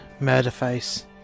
Murderface